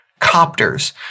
Copters